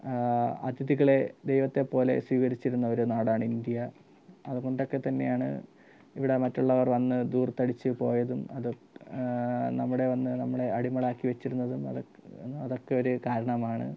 അതിഥികളെ ദൈവത്തെപ്പോലെ സ്വീകരിച്ചിരുന്ന ഒരു നാടാണ് ഇന്ത്യ അതുകൊണ്ടൊക്കെ തന്നെയാണ് ഇവിടെ മറ്റുള്ളവര് വന്ന് ധൂർത്തടിച്ച് പോയതും അത് നമ്മുടെ വന്ന് നമ്മളെ അടിമകളാക്കി വെച്ചിരുന്നതും അതൊക്ക് അതൊക്കെ ഒരു കാരണമാണ്